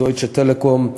"דויטשה טלקום"